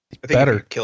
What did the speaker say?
Better